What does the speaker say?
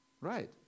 Right